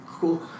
cool